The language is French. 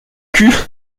cul